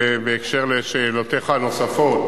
בקשר לשאלותיך הנוספות,